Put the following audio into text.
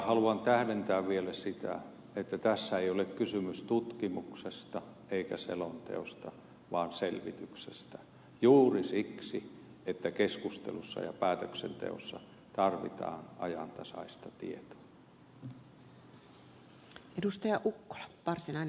haluan tähdentää vielä sitä että tässä ei ole kysymys tutkimuksesta eikä selonteosta vaan selvityksestä juuri siksi että keskustelussa ja päätöksenteossa tarvitaan ajantasaista tietoa